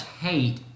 hate